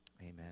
Amen